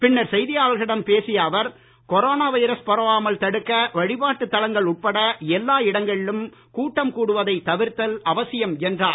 பின்னர் செய்தியாளர்களிடம் பேசிய அவர் கொரோனா வைரஸ் பரவாமல் தடுக்க வழிபாட்டுத் தலங்கள் உட்பட எல்லா இடங்களிலும் கூட்டம் கூடுவதை தவிர்த்தல் அவசியம் என்றார்